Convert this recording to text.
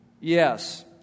Yes